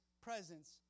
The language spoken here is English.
presence